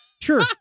Sure